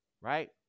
right